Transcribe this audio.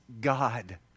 God